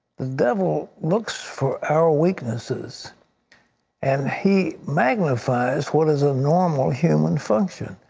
the devil looks for our weaknesses and he magnifies what is a normal human function,